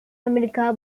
america